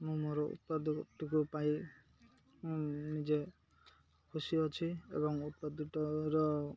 ମୁଁ ମୋର ଉତ୍ପାଦଟିକୁ ପାଇ ନିଜେ ଖୁସି ଅଛି ଏବଂ ଉତ୍ପାଦଟିର